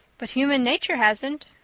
but human nature hasn't.